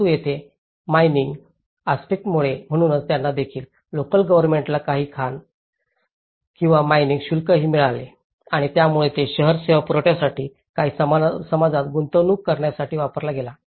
परंतु येथे मानिंग आस्पेक्टमुळे म्हणूनच त्यांना देखील लोकल गव्हर्नमेंटला काही खाण शुल्कही मिळाले आणि यामुळे ते शहर सेवा पुरवण्यासाठी आणि समाजात गुंतवणूक करण्यासाठी वापरला गेला